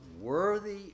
worthy